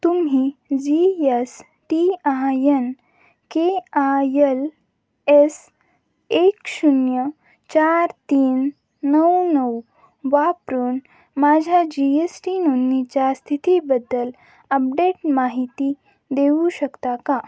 तुम्ही G S T I N K I L S एक शून्य चार तीन नऊ नऊ वापरून माझ्या जी एस टी नोंदणीच्या स्थितीबद्दल अपडेट माहिती देऊ शकता का